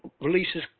releases